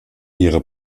ihre